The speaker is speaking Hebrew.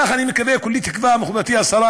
כך אני מקווה, כולי תקווה, מכובדתי השרה